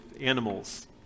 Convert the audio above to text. animals